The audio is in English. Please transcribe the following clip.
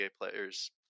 players